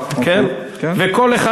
כל אחד,